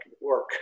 work